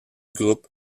groupe